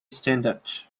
standard